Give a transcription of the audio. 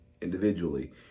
Individually